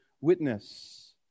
witness